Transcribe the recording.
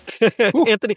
Anthony